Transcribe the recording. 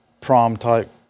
prom-type